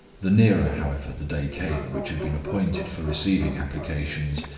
the nearer, however, the day came which had been appointed for receiving applications,